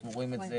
אנחנו רואים את זה